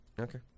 Okay